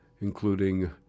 including